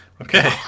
okay